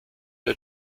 her